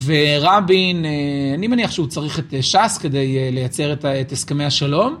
ורבין, אני מניח שהוא צריך את ש"ס כדי לייצר את הסכמי השלום.